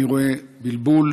אני רואה בלבול,